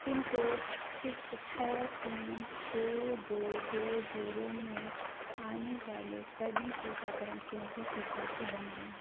pin code सिक छः तीन दो दो दो जीरो में आने वाले सभी टीकाकरण केंद्रों की सूची बनाएँ